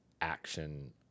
action